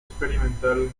experimental